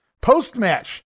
Post-match